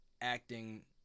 acting